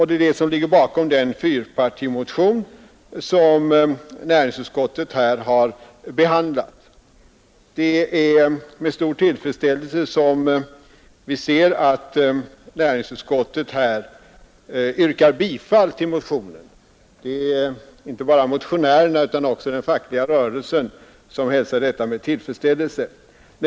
Det är det som ligger bakom den fyrpartimotion som näringsutskottet behandlat i detta betänkande. Det är med stor tillfredsställelse vi ser att näringsutskottet tillstyrkt motionen. Det är givetvis inte bara motionärerna utan också den fackliga rörelsen som hälsar detta med tillfredsställelse.